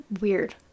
weird